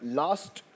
last